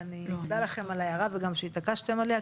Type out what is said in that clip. ואני מודה לכם על ההערה וגם שהתעקשתם עליה,